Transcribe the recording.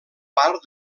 part